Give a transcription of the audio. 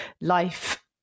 life